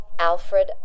Alfred